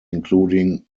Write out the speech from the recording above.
including